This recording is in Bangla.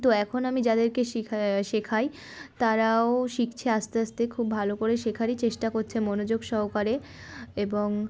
তো এখন আমি যাদেরকে শিখা শেখাই তারাও শিখছে আস্তে আস্তে খুব ভালো করে শেখারই চেষ্টা করছে মনোযোগ সহকারে এবং